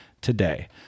today